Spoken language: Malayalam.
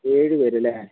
ഏഴ് പേരല്ലേ